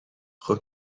خوب